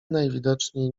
najwidoczniej